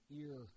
ear